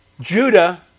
Judah